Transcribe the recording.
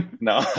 No